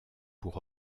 pour